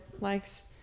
likes